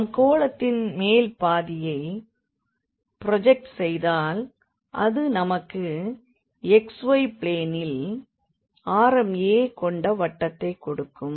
நாம் கோளத்தின் மேல் பாதியை ப்ரோஜக்ட் செய்தால் அது நமக்கு xy பிளேனில் ஆரம் a கொண்ட வட்டத்தைக் கொடுக்கும்